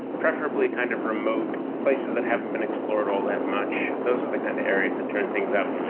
preferably kind of remote, places that haven't been explored all that much, those are the kind of areas that turn things up.